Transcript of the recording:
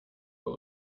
but